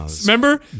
Remember